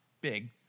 big